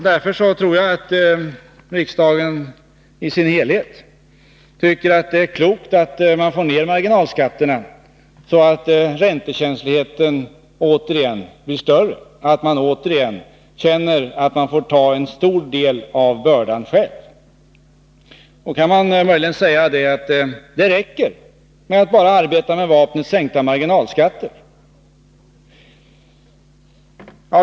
Därför tror jag att riksdagen i sin helhet tycker att det är klokt att få ner marginalskatterna, så att räntekänsligheten återigen blir större, att man återigen känner att man får ta en stor del av bördan själv. Då kan det möjligen sägas att det räcker med att arbeta med vapnet sänkta marginalskatter.